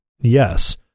yes